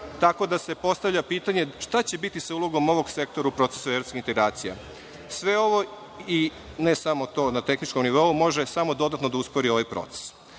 tako da se postavlja pitanje – šta će biti sa ulogom ovog sektora u procesu evropskih integracija? Sve ovo, i ne samo to, na tehničkom nivou može samo dodatno da uspori ovaj